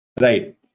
right